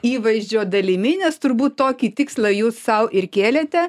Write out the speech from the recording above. įvaizdžio dalimi nes turbūt tokį tikslą jūs sau ir kėlėte